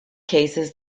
cases